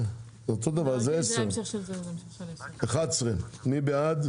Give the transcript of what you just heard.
סעיף 10. מי בעד?